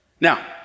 Now